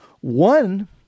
One